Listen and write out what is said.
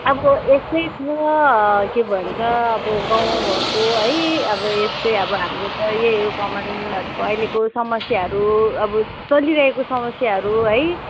अब यस्तै छ के भन्छ अब गाउँघरको है अब यस्तै अब हाम्रो त यही हो कमानहरूको अहिलेको समस्याहरू अब चलिरहेको समस्याहरू है